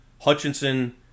Hutchinson